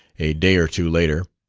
a day or two later,